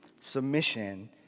submission